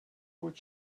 what